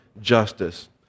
justice